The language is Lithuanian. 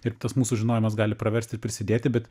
ir tas mūsų žinojimas gali praversti ir prisidėti bet